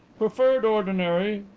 preferred ordinary,